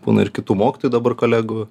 būna ir kitų mokytojų dabar kolegų